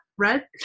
Red